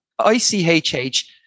ICHH